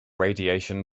radiation